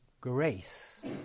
grace